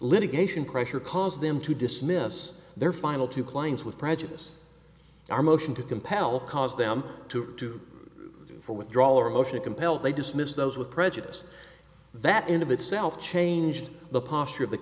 litigation pressure caused them to dismiss their final two claims with prejudice our motion to compel cause them to do for withdrawal or motion compel they dismiss those with prejudice that in of itself changed the posture